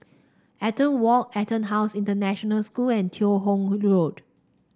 Eaton Walk EtonHouse International School and Teo Hong Road